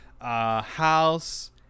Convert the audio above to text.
House